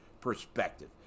perspective